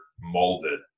molded